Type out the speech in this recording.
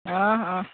অঁ অঁ